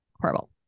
Horrible